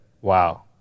Wow